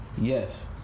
Yes